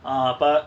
ah அப:apa